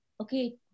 okay